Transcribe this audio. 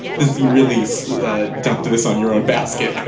this you really so ah don't do this on your own basket?